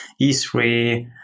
E3